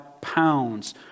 pounds